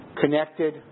connected